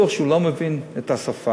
הם הבינו שבטוח שהוא לא מבין את השפה,